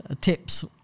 tips